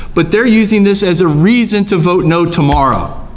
but they're using this as a reason to vote no tomorrow.